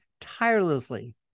tirelessly